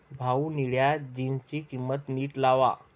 भाऊ, निळ्या जीन्सची किंमत नीट लावा